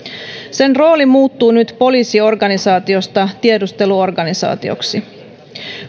sen rooli muuttuu nyt poliisiorganisaatiosta tiedusteluorganisaatioksi